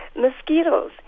Mosquitoes